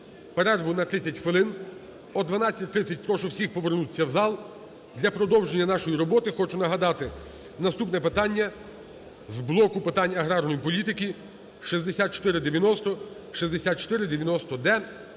перерву на 30 хвилин. О 12:30 прошу всіх повернутися в зал для продовження нашої роботи. Хочу нагадати, наступне питання з блоку питань аграрної політики – 6490, 6490-д.